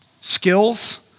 skills